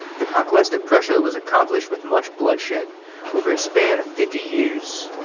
the conquest of prussia was accomplished with much bloodshed over a span of fifty years